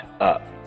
up